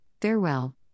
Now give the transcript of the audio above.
farewell